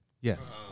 Yes